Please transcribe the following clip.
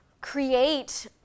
create